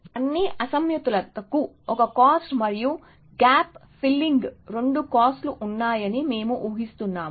అన్ని అసమతుల్యతలకు 1 కాస్ట్ మరియు గ్యాప్ ఫిల్లింగ్కు 2 కాస్ట్ లు ఉన్నాయని మేము ఉహిస్తున్నాము